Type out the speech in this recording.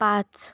पाच